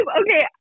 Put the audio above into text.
okay